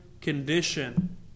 condition